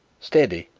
steady!